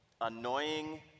annoying